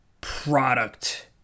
product